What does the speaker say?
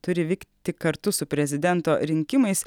turi vykti kartu su prezidento rinkimais